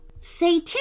Say